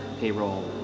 payroll